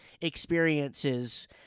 experiences